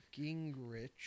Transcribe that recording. Gingrich